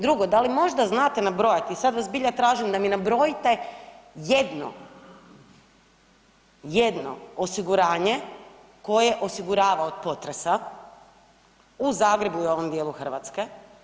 Drugo, da li možda znate nabrojati, sad vas zbilja tražim da mi nabrojite jedno, jedno osiguranje koje osigurava od potresa u Zagrebu i ovom dijelu Hrvatske?